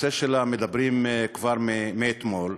מדברים עליה כבר מאתמול,